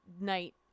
night